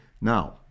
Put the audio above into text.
now